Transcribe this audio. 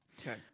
Okay